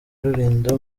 rulindo